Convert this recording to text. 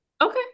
Okay